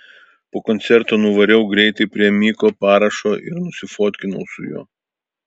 po koncerto nuvariau greitai prie miko parašo ir nusifotkinau su juo